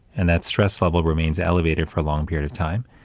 and that stress level remains elevated for a long period of time.